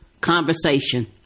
conversation